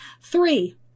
Three